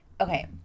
okay